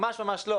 ממש לא,